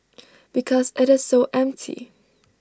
because IT is so empty